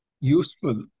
useful